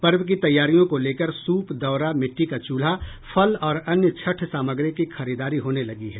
पर्व की तैयारियों को लेकर सूप दउरा मिट्टी का चूल्हा फल और अन्य छठ सामग्री की खरीददारी होने लगी है